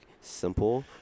simple